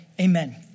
amen